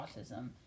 autism